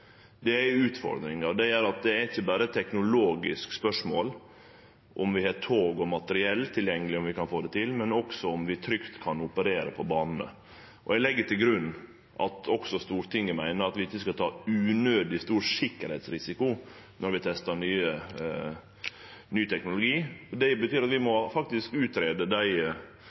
Det er ei utfordring og gjer at det ikkje er berre eit teknologisk spørsmål – om vi har tog og materiell tilgjengelege og kan få det til, men også om vi trygt kan operere på banene. Eg legg til grunn at også Stortinget meiner at vi ikkje skal ta unødig stor sikkerheitsrisiko når vi testar ny teknologi. Det betyr at vi må greie ut dei